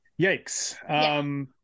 Yikes